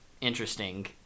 interesting